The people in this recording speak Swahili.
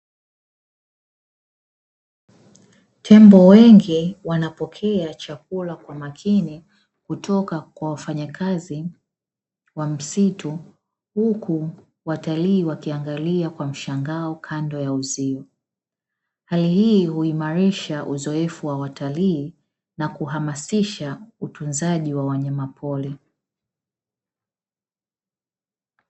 Tembo wengi wanapokea chakula kwa makini kutoka kwa wafanyakazi wa msitu huku watalii wakiangalia kwa mshangao kando ya uzio hali hii huimarisha uzoefu wa watalii na kuhamasisha utunzaji wa wanyamapori.